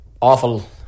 awful